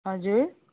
हजुर